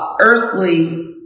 earthly